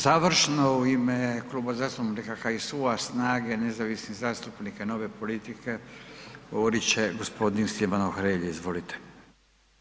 Završno u ime Kluba zastupnika HSU-a, SNAGA-e, nezavisnih zastupnika i Nove politike govorit će g. Silvano Hrelja, izvolite.